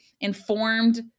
informed